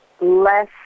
less